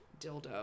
dildo